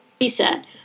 Reset